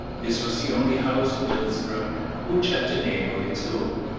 this was the only house in dillsborough which had a name of its own,